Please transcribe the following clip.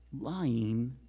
lying